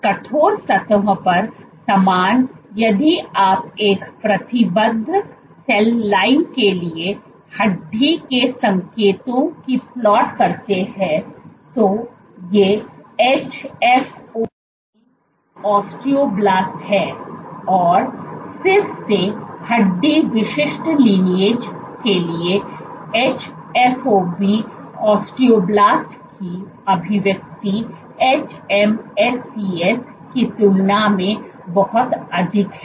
कठोर सतहों पर समान यदि आप एक प्रतिबद्ध सेल लाइन के लिए हड्डी के संकेतों की प्लॉट करते हैं तो ये hFOB ओस्टियोब्लास्ट हैं और और फिर से हड्डी विशिष्ट लिनिएज के लिए hFOB ओस्टियो ब्लास्ट की अभिव्यक्ति hMSCs की तुलना में बहुत अधिक है